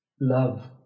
Love